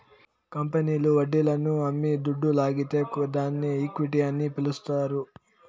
కంపెనీల్లు వడ్డీలను అమ్మి దుడ్డు లాగితే దాన్ని ఈక్విటీ అని పిలస్తారు